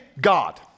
God